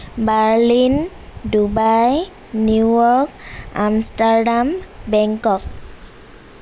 Berlin Dubai New York Amsterdam Bangkok